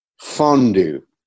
fondue